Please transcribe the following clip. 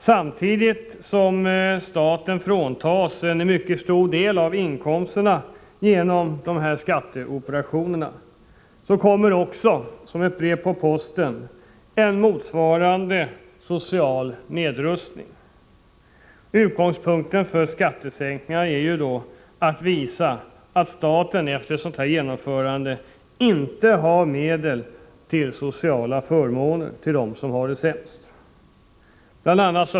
Samtidigt som staten genom dessa skatteoperationer fråntas en mycket stor del av sina inkomster, kommer också som ett brev på posten en motsvarande social nedrustning. Utgångspunkten för skattesänkningarna är att visa att staten inte har medel att betala sociala förmåner till dem som har det sämst ställt. Bl.